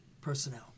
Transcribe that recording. personnel